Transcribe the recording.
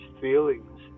feelings